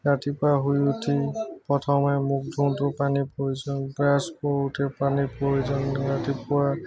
ৰাতিপুৱা শুই উঠি প্ৰথমে মুখ ধুওঁতেও পানীৰ প্ৰয়োজন ব্ৰাছ কৰোঁতেও পানীৰ প্ৰয়োজন ৰাতিপুৱা